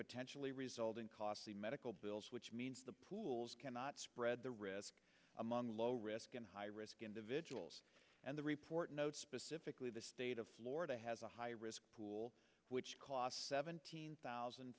potentially result in costly medical bills which means the pools cannot spread the risk among low risk and high risk individuals and the report notes specifically the state of florida has a high risk pools which cost seventeen thousand